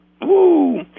Woo